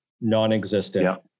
non-existent